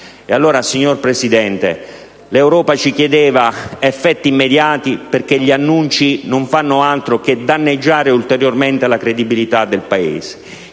E allora, signora Presidente, l'Europa ci chiedeva effetti immediati, perché gli annunci non fanno altro che danneggiare ulteriormente la credibilità del Paese;